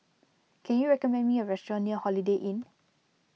can you recommend me a restaurant near Holiday Inn